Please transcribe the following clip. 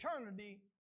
eternity